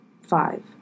five